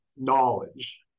knowledge